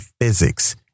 Physics